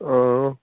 অঁ